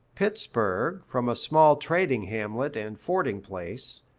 pittsburg, from a small trading hamlet and fording-place,